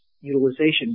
utilization